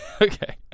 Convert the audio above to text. okay